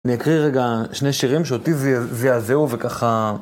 אני אקריא רגע שני שירים שאותי זעזעו וככה...